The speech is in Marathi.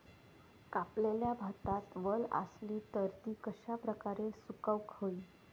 कापलेल्या भातात वल आसली तर ती कश्या प्रकारे सुकौक होई?